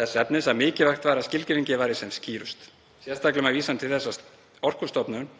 þess efnis að mikilvægt væri að skilgreiningin væri sem skýrust, sérstaklega með vísan til þess að Orkustofnun